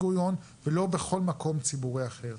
לא בנמל תעופה בן גוריון ולא בכל מקום ציבורי אחר.